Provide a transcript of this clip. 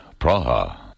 Praha